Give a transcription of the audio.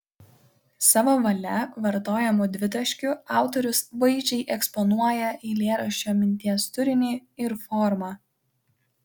savo valia vartojamu dvitaškiu autorius vaizdžiai eksponuoja eilėraščio minties turinį ir formą